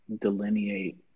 delineate